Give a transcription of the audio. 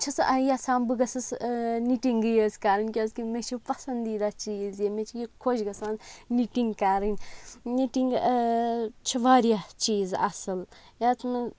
چھَس یژھان بہٕ گٔژھٕس نِٹِنٛگٕے یٲژ کَرٕنۍ کیٛازِ مےٚ چھُ پَسَنٛد دیٖدہ چیٖز یہِ مےٚ چھُ یہِ خۄش گَژھان نِٹِنٛگ کَرٕنۍ نِٹِنٛگ چھِ وارِیاہ چیٖز اَصٕل یِتھ منٛز